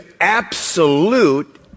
absolute